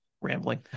rambling